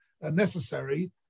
necessary